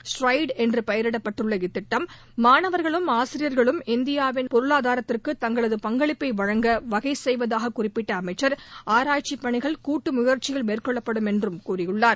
stride என்று பெயரிடப்பட்டுள்ள இத்திட்டம் மாணவர்களும் ஆசிரியர்களும் இந்தியாவின் வளரும் பொருளாதாரத்திற்கு தங்களது பங்களிப்பை வழங்க வகை செய்வதாக குறிப்பிட்ட அமைச்சர் ஆராய்ச்சிப் பணிகள் கூட்டு முயற்சியில் மேற்கொள்ளப்படும் என்றும் கூறியுள்ளார்